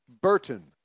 Burton